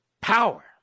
Power